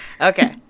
Okay